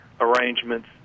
arrangements